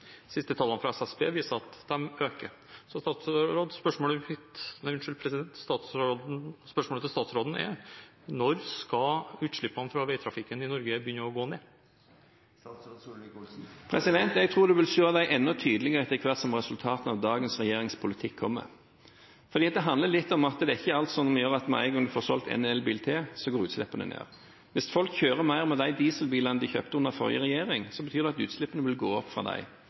utslippene fra veitrafikken i Norge begynne å gå ned? Jeg tror en vil se de enda tydeligere etter hvert som resultatene av dagens regjerings politikk kommer, fordi det handler litt om at det er ikke alt som gjør at med en gang en får solgt en elbil til, så går utslippene ned. Hvis folk kjører mer med de dieselbilene de kjøpte under forrige regjering, så betyr det at utslippene vil gå opp fra